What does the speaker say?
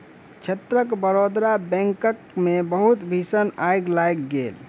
क्षेत्रक बड़ौदा बैंकक मे बहुत भीषण आइग लागि गेल